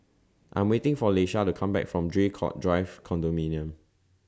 I'm waiting For Leisha to Come Back from Draycott Drive Condominium